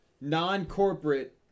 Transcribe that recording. non-corporate